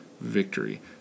victory